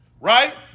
Right